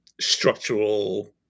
structural